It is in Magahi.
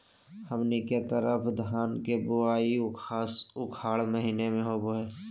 हमनी के तरफ धान के बुवाई उखाड़ महीना में होला